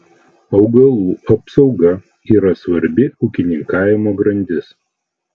augalų apsauga yra svarbi ūkininkavimo grandis